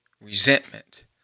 resentment